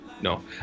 no